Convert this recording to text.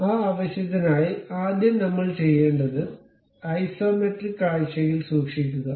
അതിനാൽ ആ ആവശ്യത്തിനായി ആദ്യം നമ്മൾ ചെയ്യേണ്ടത് ഐസോമെട്രിക് കാഴ്ചയിൽ സൂക്ഷിക്കുക